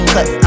Cause